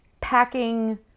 packing